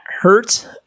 hurt